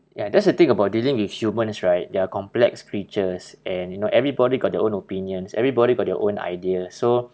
ya that's the thing about dealing with humans right they're complex creatures and you know everybody got their own opinions everybody got their own idea so